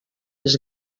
més